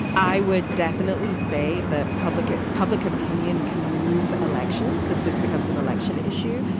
i would definitely say that public public opinion can move elections if this becomes an election issue.